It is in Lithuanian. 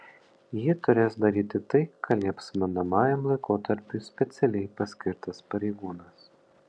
ji turės daryti tai ką lieps bandomajam laikotarpiui specialiai paskirtas pareigūnas